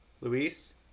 Luis